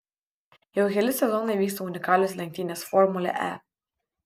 jau keli sezonai vyksta unikalios lenktynės formulė e